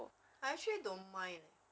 I actually don't mind leh